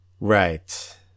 Right